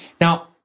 Now